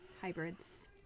hybrids